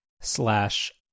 slash